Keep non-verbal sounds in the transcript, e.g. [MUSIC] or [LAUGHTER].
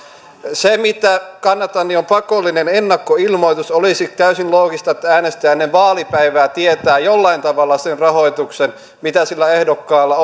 se mitä kannatan on pakollinen ennakkoilmoitus olisi täysin loogista että äänestäjä ennen vaalipäivää tietäisi jollain tavalla sen rahoituksen mitä on sillä ehdokkaalla [UNINTELLIGIBLE]